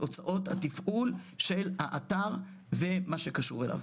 הוצאות התפעול של האתר ומה שקשור אליו.